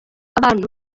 abantu